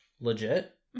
legit